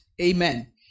Amen